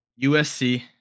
USC